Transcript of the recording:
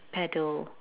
paddle